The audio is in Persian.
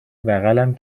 بغلم